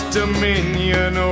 dominion